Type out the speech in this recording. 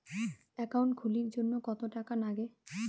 Account খুলির জন্যে কত টাকা নাগে?